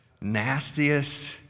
nastiest